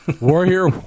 Warrior